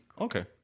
okay